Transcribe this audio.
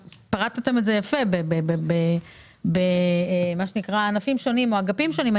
פירטתם את זה יפה בענפים שונים או באגפים שונים.